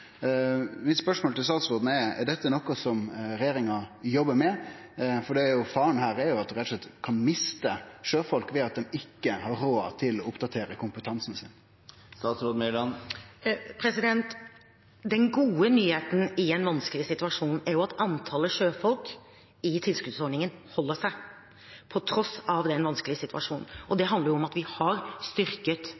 Mitt spørsmål til statsråden er: Er dette noko som regjeringa jobbar med? Faren er jo at ein rett og slett kan miste sjøfolk ved at dei ikkje har råd til å oppdatere kompetansen sin. Den gode nyheten i en vanskelig situasjon er jo at antallet sjøfolk i tilskuddsordningen holder seg, på tross av den vanskelige situasjonen. Det